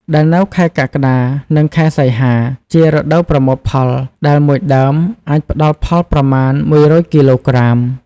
ដែលនៅខែកក្កដា និងខែសីហា ជារដូវប្រមូលផល ដែល១ដើម អាចផ្ដល់ផលប្រមាណ ១០០គីឡូក្រាម។